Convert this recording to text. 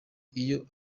iyo